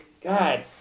God